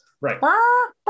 Right